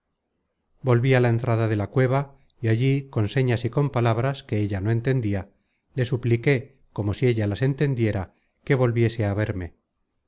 volví á la entrada de la cueva y allí con señas y con palabras que ella no entendia le supliqué como si ella las entendiera que volviese á verme